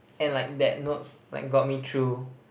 and like that notes like got me through